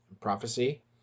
Prophecy